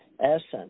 essence